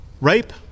Rape